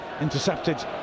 Intercepted